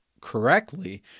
correctly